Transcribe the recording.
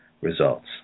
results